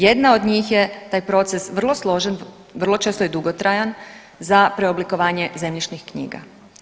Jedna od njih je taj proces vrlo složen, vrlo često i dugotrajan za preoblikovanje zemljišnih knjiga.